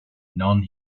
non